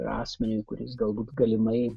asmeniui kuris galbūt galimai